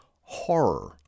Horror